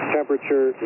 Temperature